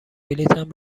بلیطم